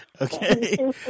Okay